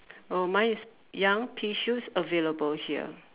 oh mine is young pea shoots available here